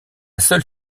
seule